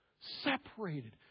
separated